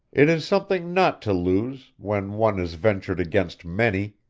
it is something not to lose, when one has ventured against many.